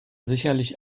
sicherlich